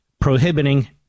prohibiting